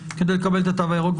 כדי לקבל את התו הירוק,